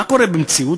מה קורה במציאות?